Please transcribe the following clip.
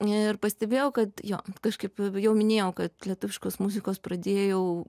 ir pastebėjau kad jo kažkaip jau minėjau kad lietuviškos muzikos pradėjau